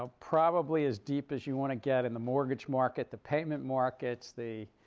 ah probably as deep as you want to get in the mortgage market, the payment markets, the